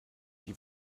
die